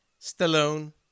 Stallone